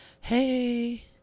hey